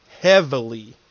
heavily